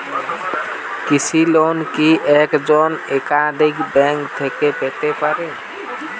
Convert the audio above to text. কৃষিঋণ কি একজন একাধিক ব্যাঙ্ক থেকে পেতে পারে?